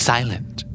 Silent